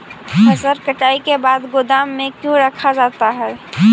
फसल कटाई के बाद गोदाम में क्यों रखा जाता है?